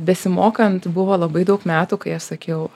besimokant buvo labai daug metų kai aš sakiau